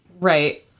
right